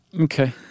Okay